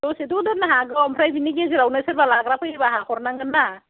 दसेथ' दोननो हागौ ओमफ्राय बिनि गेजेरावनो सोरबा लाग्रा फैयोबा आंहा हरनांगोन ना